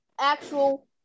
actual